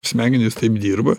smegenys taip dirba